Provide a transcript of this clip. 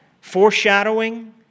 foreshadowing